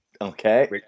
Okay